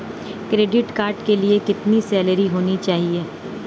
Credit card के लिए कितनी सैलरी होनी चाहिए?